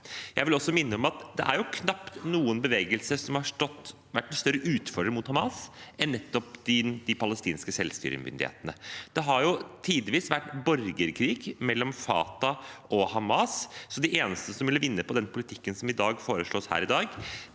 Jeg vil også minne om at det knapt er noen bevegelser som har vært en større utfordrer til Hamas enn nettopp de palestinske selvstyremyndighetene. Det har tidvis vært borgerkrig mellom Fatah og Hamas, så de eneste som ville vinne på den politikken som foreslås her i dag,